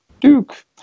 Duke